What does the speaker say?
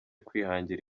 kwihangira